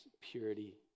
purity